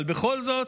אבל בכל זאת,